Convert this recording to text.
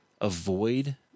avoid